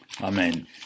Amen